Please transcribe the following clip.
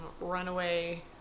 runaway